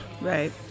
Right